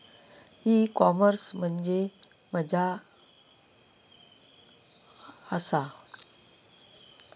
E commerce म्हणजे मझ्या आसा?